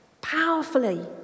powerfully